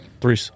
three